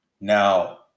Now